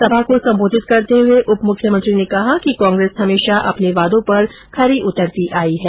सभा को संबोधित करते हुए उप मुख्यमंत्री ने कहा कि कांग्रेस हमेशा अपने वादों पर खरी उतरती आई है